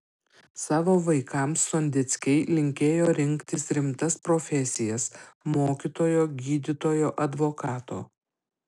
savo vaikams sondeckiai linkėjo rinktis rimtas profesijas mokytojo gydytojo advokato